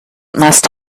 must